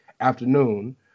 afternoon